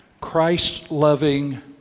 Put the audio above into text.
Christ-loving